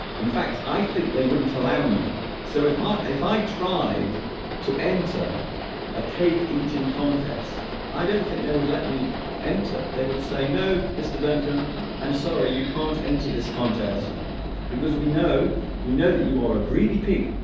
in fact i think they wouldn't allow me so if ah i if i tried to enter a cake eating contest i don't think they would let me enter they would say no mr. duncan i'm sorry you can't enter this contest because we know we know that you are a greedy pig